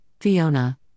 Fiona